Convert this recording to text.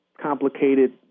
complicated